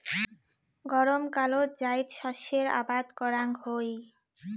গরমকালত জাইদ শস্যের আবাদ করাং হই